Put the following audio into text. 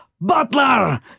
Butler